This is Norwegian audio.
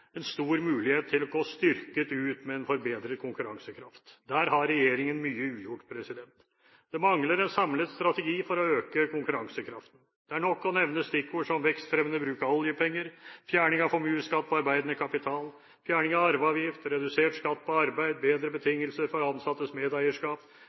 en stor mulighet til å gå styrket ut med en forbedret konkurransekraft. Der har regjeringen mye ugjort. Det mangler en samlet strategi for å øke konkurransekraften. Det er nok å nevne stikkord som vekstfremmende bruk av oljepenger, fjerning av formuesskatt på arbeidende kapital, fjerning av arveavgift, redusert skatt på arbeid, bedre